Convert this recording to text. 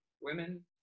women